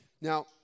Now